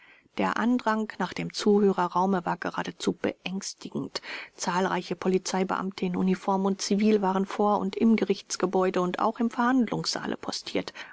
der andrang nach dem zuhörerraume war geradezu beängstigend zahlreiche polizeibeamte in uniform und zivil waren vor und im gerichtsgebäude und auch im verhandlungssaale postiert